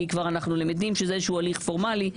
כבר אנחנו למדים שזה איזה שהוא הליך פורמלי,